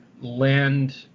land